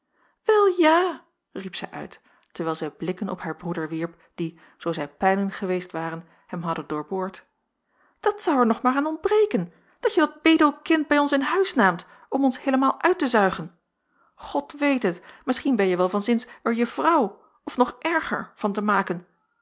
wel ja riep zij uit terwijl zij blikken op haar broeder wierp die zoo zij pijlen geweest waren hem hadden doorboord dat zou er nog maar aan ontbreken dat je dat bedelkind bij ons in huis naamt om ons heelemaal uit te zuigen god weet het misschien ben je wel van zins er je vrouw of nog erger van te maken